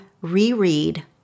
reread